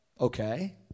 okay